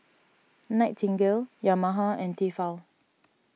Nightingale Yamaha and Tefal